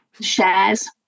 shares